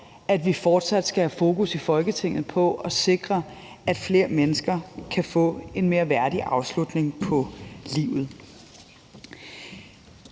fortsat skal have fokus på at sikre, at flere mennesker kan få en mere værdig afslutning på livet.